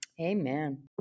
amen